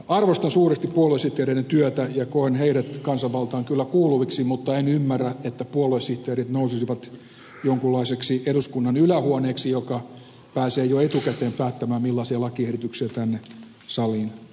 arvostan suuresti puoluesihteereiden työtä ja koen heidät kansanvaltaan kyllä kuuluviksi mutta en ymmärrä että puoluesihteerit nousisivat jonkunlaiseksi eduskunnan ylähuoneeksi joka pääsee jo etukäteen päättämään millaisia lakiehdotuksia tänne saliin tulee